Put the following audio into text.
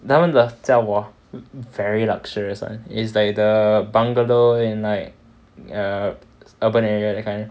他们的家 !wah! very luxurious [one] is like the bungalow in like err urban area that kind